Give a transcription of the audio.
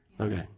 Okay